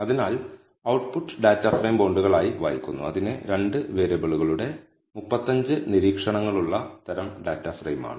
അതിനാൽ output data frame ബോണ്ടുകളായി വായിക്കുന്നു അതിന് 2 വേരിയബിളുകളുടെ 35 നിരീക്ഷണങ്ങളുള്ള തരം ഡാറ്റാ ഫ്രെയിമാണ്